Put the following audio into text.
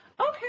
Okay